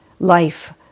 life